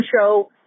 Show